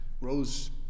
rose